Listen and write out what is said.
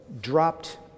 dropped